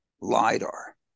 lidar